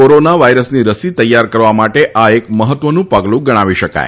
corona વાયરસની રસી તૈયાર કરવા માટે આ એક મહત્વનું પગલુ ગણાવી શકાય